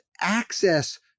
access